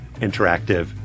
interactive